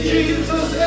Jesus